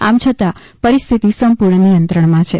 આમ છતાં પરિસ્થિતિ સંપૂર્ણ નિયંત્રણમાં છે